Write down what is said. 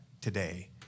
today